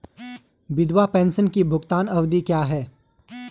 विधवा पेंशन भुगतान की अवधि क्या है?